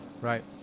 right